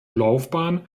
laufbahn